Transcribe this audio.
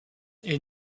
est